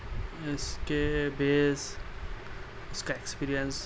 اس کے بیس اس کا ایکپیریئنس